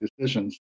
decisions